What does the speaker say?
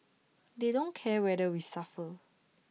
they don't care whether we suffer